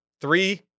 Three